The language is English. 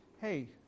hey